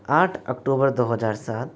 आठ अक्टूबर दो हज़ार सात